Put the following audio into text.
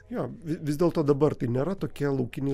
jo vi vis dėl to dabar tai nėra tokie laukiniai